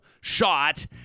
shot